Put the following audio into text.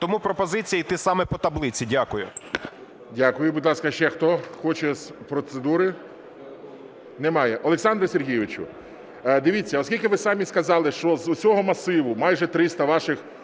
Тому пропозиція йти саме по таблиці. Дякую. ГОЛОВУЮЧИЙ. Дякую. Будь ласка, ще хто хоче з процедури? Немає. Олександре Сергійовичу, дивіться, оскільки ви самі сказали, що з усього масиву майже 300 ваших